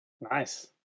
Nice